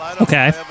Okay